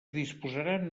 disposaran